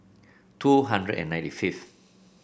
two hundred and ninety fifth